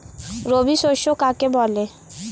রবি শস্য কাকে বলে?